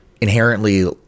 inherently